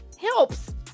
helps